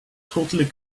totally